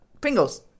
Pringles